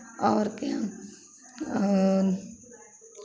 और क्या और